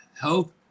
health